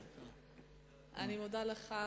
אני מודה לך,